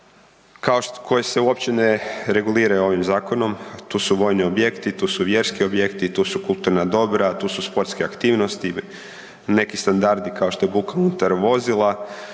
koje se uopće ne reguliraju ovim zakonom. To su vojni objekti, vjerski objekti, kulturna dobra, tu su sportske aktivnosti neki standardi kao što je buka unutar vozila,